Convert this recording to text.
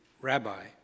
Rabbi